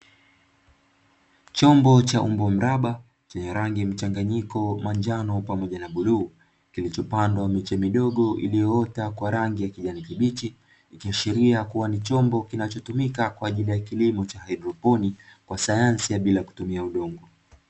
Chombo cha umbo mraba chenye rangi mchanganyiko, manjano pamoja na bluu kilichopandwa miche midogo iliyoota kwa rangi ya kijani kibichi, ikiashiria kuwa ni chombo kinachotumika kwa ajili ya kilimo cha haidroponi kwa sayansi ya bila kutumia udongo.